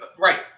Right